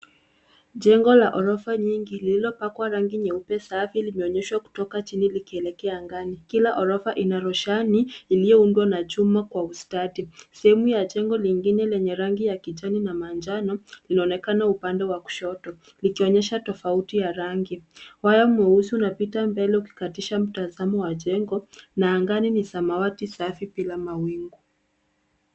Jengo la ghorofa nyingi lililopakwa rangi ya nyeupe safi limeonyeshwa kutoka chini kuelekea angani. Kila ghorofa ina roshani iliyoundwa kwa chuma na ustadi. Sehemu ya jengo lingine lenye rangi ya kijani na manjano linaonekana upande wa kushoto likionyesha tofauti ya rangi. Waya mweusi unapita mbele ukikatisha mtazamo wa jengo na angani ni samawati safi bila mawingu.